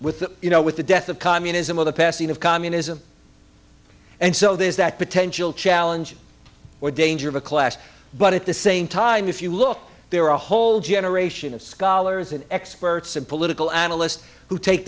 with you know with the death of communism of the passing of communism and so there's that potential challenge or danger of a clash but at the same time if you look there are a whole generation of scholars and experts and political analysts who take